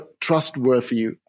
trustworthy